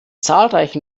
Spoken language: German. zahlreichen